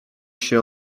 się